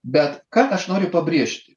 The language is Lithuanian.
bet ką aš noriu pabrėžti